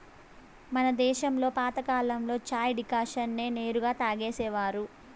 మన దేశంలో పాతకాలంలో చాయ్ డికాషన్ నే నేరుగా తాగేసేవారు